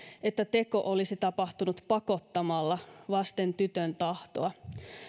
että teko olisi tapahtunut pakottamalla vasten tytön tahtoa